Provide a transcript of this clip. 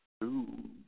Two